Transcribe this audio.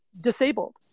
disabled